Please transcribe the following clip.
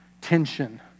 tension